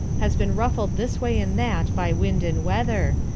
has been ruffled this way and that by wind and weather,